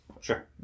Sure